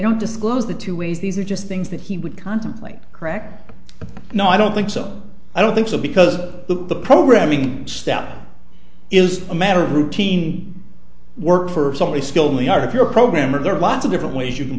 don't disclose the two ways these are just things that he would contemplate correct but no i don't think so i don't think so because the programming step is a matter of routine work for somebody skilled we are if you're a programmer there are lots of different ways you can